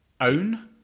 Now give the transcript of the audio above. own